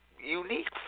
unique